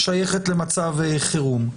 שייכת למצב חירום.